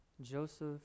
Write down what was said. Joseph